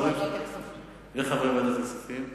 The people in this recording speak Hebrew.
וחברי ועדת הכספים.